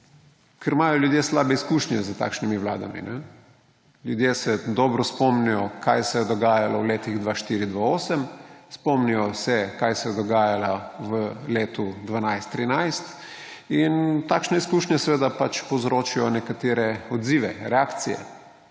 Ker imajo ljudje slabe izkušnje s takšnimi vladami. Ljudje se dobro spomnijo, kaj se je dogajalo v letih 2004−2008, spomnijo se, kaj se je dogajalo v letu 2012−2013, in takšne izkušnje seveda povzročijo nekatere odzive, reakcije.